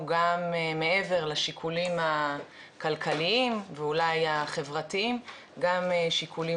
גם מעבר לשיקולים הכלכליים ואולי החברתיים גם שיקולים